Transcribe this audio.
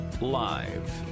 live